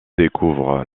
découvre